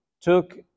took